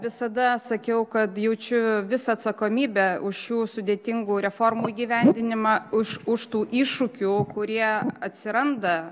visada sakiau kad jaučiu visą atsakomybę už šių sudėtingų reformų įgyvendinimą už už tų iššūkių kurie atsiranda